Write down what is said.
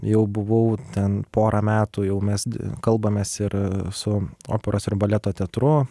jau buvau ten porą metų jau mes kalbamės ir su operos ir baleto teatru